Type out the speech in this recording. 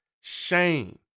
shame